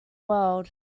word